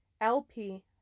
LP